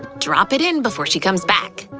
drop it in before she comes back.